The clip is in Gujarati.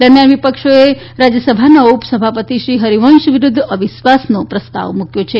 દરમિયાન વિપક્ષોએ રાજયસભાના ઉપસભાપતિ શ્રી હરિવંશ વિરુધ્ધ અવિશ્વાસનો પ્રસ્તાવ મુકથો છે